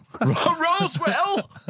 roswell